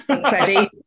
Freddie